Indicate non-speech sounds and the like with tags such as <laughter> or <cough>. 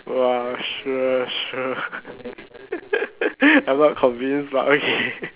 !wah! sure sure <laughs> I'm not convinced but okay